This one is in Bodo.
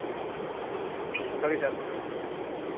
उम सरी सार